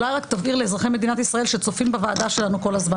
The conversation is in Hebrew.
אולי תבהיר לאזרחי מדינת ישראל שצופים בוועדה שלנו כל הזמן.